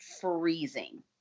freezing